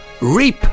reap